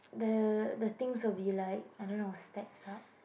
the the things will be like I don't know stack up